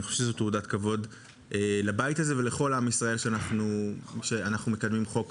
אני חושב שזו תעודת כבוד לבית הזה ולכל עם ישראל שאנחנו מקדמים חוק